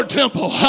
temple